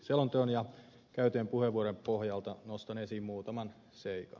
selonteon ja käytyjen puheenvuorojen pohjalta nostan esiin muutaman seikan